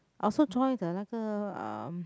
I also join the 那个 um